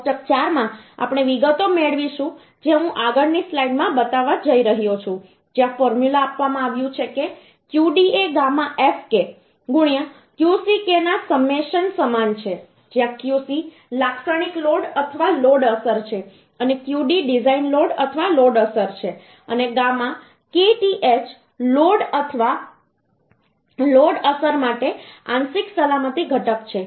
કોષ્ટક 4 માં આપણે વિગતો મેળવીશું જે હું આગળની સ્લાઈડમાં બતાવવા જઈ રહ્યો છું જ્યાં ફોર્મ્યુલા આપવામાં આવ્યું છે કે Qd એ ગામા fk Qck ના સમેસન સમાન છે જ્યાં Qc લાક્ષણિક લોડ અથવા લોડ અસર છે અને Qd ડિઝાઇન લોડ અથવા લોડ અસર છે અને ગામા kth લોડ અથવા લોડ અસર માટે આંશિક સલામતી ઘટક છે